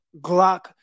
Glock